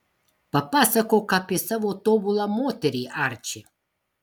papasakok apie savo tobulą moterį arči